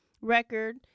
record